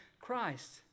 Christ